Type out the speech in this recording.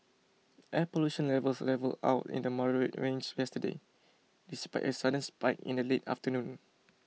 air pollution levels levelled out in the moderate range yesterday despite a sudden spike in the late afternoon